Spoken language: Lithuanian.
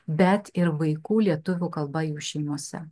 bet ir vaikų lietuvių kalba jų šeimose